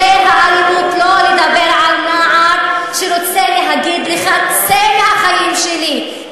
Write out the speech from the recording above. זו אלימות לא לדבר על נער שרוצה להגיד לך צא מהחיים שלי,